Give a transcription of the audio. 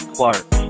Clark